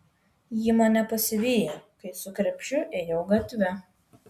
ji mane pasivijo kai su krepšiu ėjau gatve